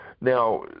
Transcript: Now